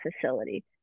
facility